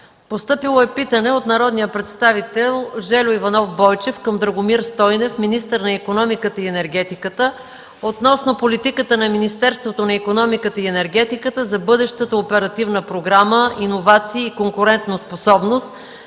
Постъпило е питане от народния представител Жельо Иванов Бойчев към Драгомир Стойнев, министър на икономиката и енергетиката, относно политиката на Министерството на икономиката и енергетиката за бъдещата Оперативна програма „Иновации и конкурентоспособност”